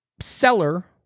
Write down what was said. seller